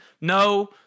No